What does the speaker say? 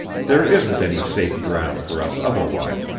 there isn't any safe ground for us otherwise.